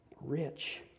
rich